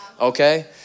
Okay